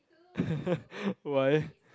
why